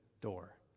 door